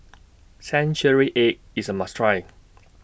Century Egg IS A must Try